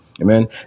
Amen